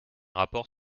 rapport